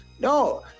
no